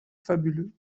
fabuleux